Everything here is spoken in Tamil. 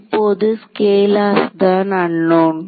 இப்போது ஸ்கேலார்ஸ் தான் அன்னோன்